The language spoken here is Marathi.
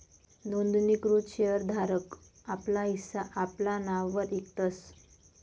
नोंदणीकृत शेर धारक आपला हिस्सा आपला नाववर इकतस